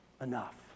enough